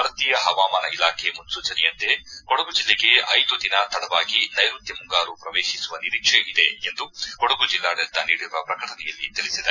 ಭಾರತೀಯ ಹವಾಮಾನ ಇಲಾಖೆ ಮುನೂಚನೆಯಂತೆ ಕೊಡಗು ಜಿಲ್ಲೆಗೆ ಐದು ದಿನ ತಡವಾಗಿ ನೈಋತ್ತ ಮುಂಗಾರು ಪ್ರವೇಶಿಸುವ ನಿರೀಕ್ಷೆ ಇದೆ ಎಂದು ಕೊಡಗು ಜಿಲ್ಲಾಡಳಿತ ನೀಡಿರುವ ಪ್ರಕಟಣೆಯಲ್ಲಿ ತಿಳಿಸಿದೆ